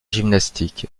gymnastique